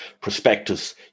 prospectus